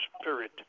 spirit